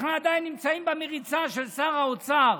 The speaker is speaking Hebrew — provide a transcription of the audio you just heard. אנחנו עדיין נמצאים במריצה של שר האוצר.